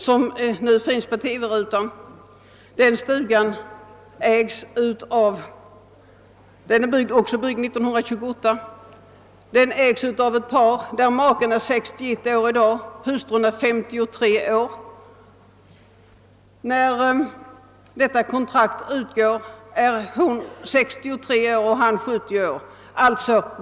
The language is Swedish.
I ett annat fall som jag känner till är stugan byggd 1928, och där bor ett par som vid kontraktstidens utgång kommer att vara 63 respektive 70 år gamla.